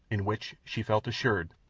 in which, she felt assured,